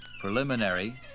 preliminary